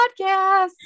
podcast